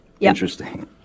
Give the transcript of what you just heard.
Interesting